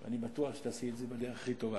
אני בטוח שתעשי את זה בדרך הכי טובה.